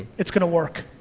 it's gonna work.